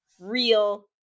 real